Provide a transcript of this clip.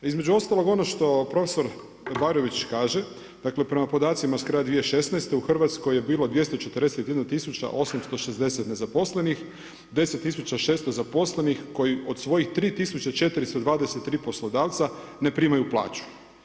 Između ostalog ono što profesor Bajrović kaže, dakle prema podacima sa kraja 2016. u Hrvatskoj je bilo 241 tisuća 860 nezaposlenih, 10600 zaposlenih koji od svojih 3423 poslodavca ne primaju plaću.